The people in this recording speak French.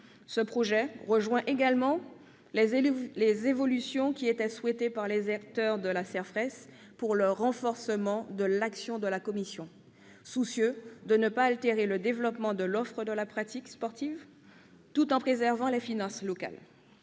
Elle rejoint également les évolutions qui étaient souhaitées par les acteurs de la CERFRES pour le renforcement de son action, soucieux de ne pas altérer le développement de l'offre de pratique sportive tout en préservant les finances locales.